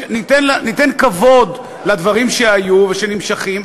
ניתן כבוד לדברים שהיו ושנמשכים,